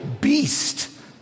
beast